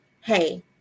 Hey